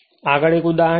આગળ એક ઉદાહરણ છે